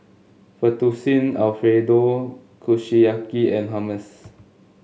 Fettuccine Alfredo Kushiyaki and Hummus